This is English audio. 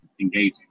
engaging